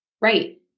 Right